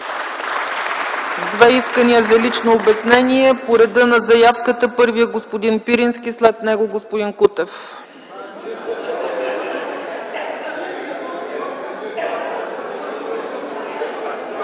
Две искания за лично обяснение. По реда на заявката – първи е господин Пирински, след него е господин Кутев.